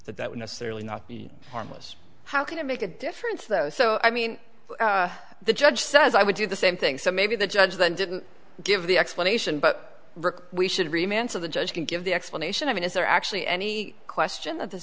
that that would necessarily not be harmless how can it make a difference though so i mean the judge says i would do the same thing so maybe the judge then didn't give the explanation but we should remain so the judge can give the explanation i mean is there actually any question that th